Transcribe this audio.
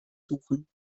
suchen